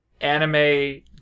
anime